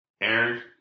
Aaron